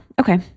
Okay